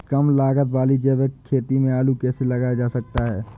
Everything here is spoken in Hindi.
कम लागत वाली जैविक खेती में आलू कैसे लगाया जा सकता है?